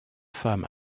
femme